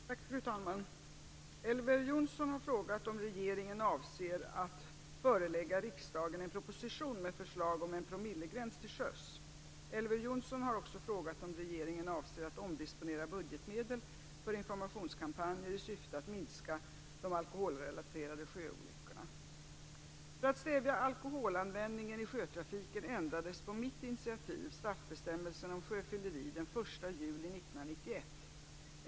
Fru talman! Elver Jonsson har frågat om regeringen avser att förelägga riksdagen en proposition med förslag om en promillegräns till sjöss. Elver Jonsson har också frågat om regeringen avser att omdisponera budgetmedel för informationskampanjer i syfte att minska de alkoholrelaterade sjöolyckorna. För att stävja alkoholanvändningen i sjötrafiken ändrades på mitt initiativ straffbestämmelsen om sjöfylleri den juli 1991.